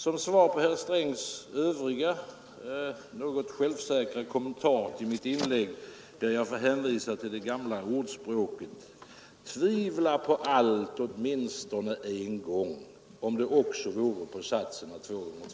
Som svar på herr Strängs övriga, något självsäkra kommentarer till mitt inlägg får jag hänvisa till det gamla ordspråket: Tvivla på allt åtminstone en gång, om det också vore på satsen att två gånger två är fyra!